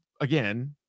again